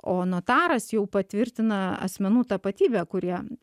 o notaras jau patvirtina asmenų tapatybę kurie